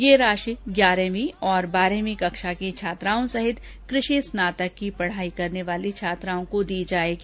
यह राशि ग्यारहवीं और बारहवीं कक्षा की छात्राओं सहित कृषि स्नातक की पढाई करने वाली छात्राओं को दी जाएगी